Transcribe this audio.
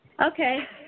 Okay